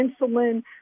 insulin